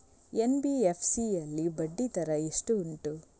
NBFC ಯಲ್ಲಿ ಬಡ್ಡಿ ದರ ಎಷ್ಟು ಉಂಟು?